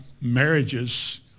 marriages